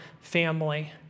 family